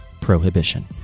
Prohibition